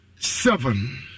Seven